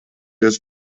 des